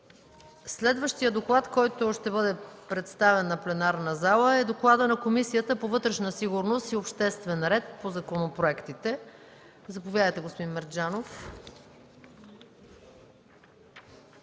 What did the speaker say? Следващият доклад, който ще бъде представен на пленарната зала, е докладът на Комисията по вътрешна сигурност и обществен ред. Заповядайте, господин Мерджанов.